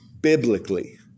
biblically